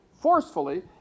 forcefully